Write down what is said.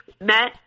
met